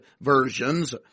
versions